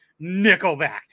Nickelback